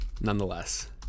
nonetheless